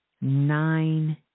Nine